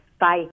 Bye